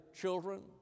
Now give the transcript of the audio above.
children